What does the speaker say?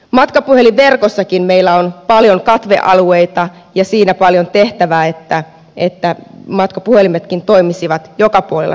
matkapuhelinverkossakin meillä on paljon katvealueita ja siinä paljon tehtävää että matkapuhelimetkin toimisivat joka puolella suomea